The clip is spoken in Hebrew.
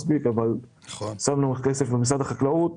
שמנו כסף במשרד החקלאות